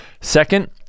Second